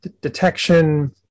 detection